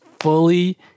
fully